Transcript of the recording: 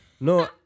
No